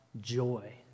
joy